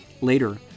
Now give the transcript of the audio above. Later